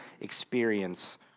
experience